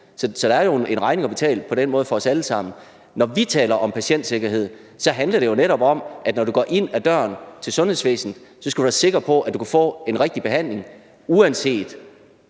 Så der er en regning at betale på den måde for os alle sammen. Når vi taler om patientsikkerhed, handler det jo netop om, at når du går ind ad døren til sundhedsvæsenet, skal du være sikker på, at du kan få en rigtig behandling, uanset